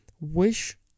Wish